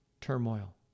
turmoil